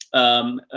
um, ah,